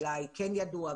אולי כן ידעו,